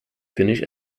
finnish